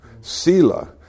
sila